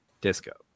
disco